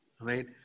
right